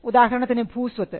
ഉദാഹരണത്തിന് ഭൂസ്വത്ത്